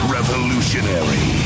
Revolutionary